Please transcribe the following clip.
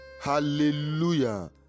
Hallelujah